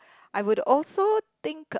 I would also think